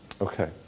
Okay